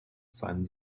seinen